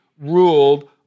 ruled